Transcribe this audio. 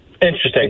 Interesting